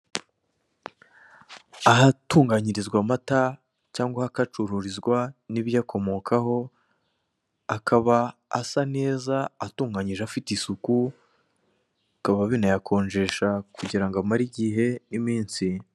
Ahatunganyirizwa amata cyangwa ahakacururizwa n'ibiyakomokaho akaba asa neza atunganyije afite isuku bikaba binayakonjesha kugira ngo amare igihe n'iminsi.